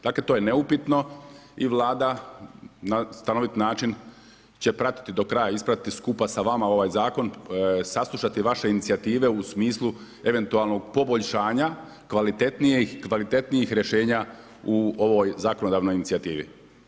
Dakle to je neupitno i Vlada na stanovit način će pratiti do kraja ispratiti skupa sa vama ovaj zakon, saslušati vaše inicijative u smislu eventualnog poboljšanja kvalitetnijih rješenja u ovoj zakonodavnoj inicijativi.